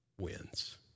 wins